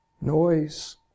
noise